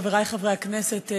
חברי חברי הכנסת,